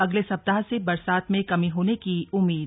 अगले सप्ताह से बरसात में कमी होने की उम्मीद